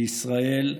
בישראל,